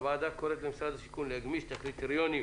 הוועדה קוראת למשרד השיכון להגמיש את הקריטריונים